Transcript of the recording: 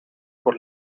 por